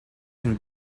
can